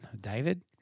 David